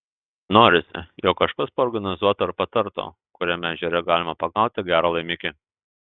norisi jog kažkas paorganizuotų ar patartų kuriame ežere galima pagauti gerą laimikį